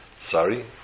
Sorry